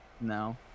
No